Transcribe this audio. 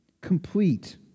complete